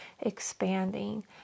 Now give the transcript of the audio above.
expanding